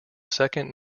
second